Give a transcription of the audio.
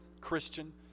Christian